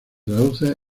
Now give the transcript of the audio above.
traduce